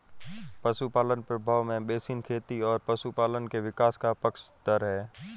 पशुपालन प्रभाव में बेसिन खेती और पशुपालन के विकास का पक्षधर है